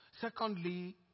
secondly